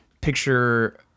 picture